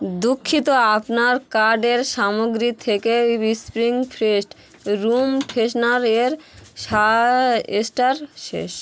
দুঃখিত আপনার কার্টের সামগ্রী থেকে স্প্রিং ফেস্ট রুম ফ্রেশনার এর সা স্টার শেষ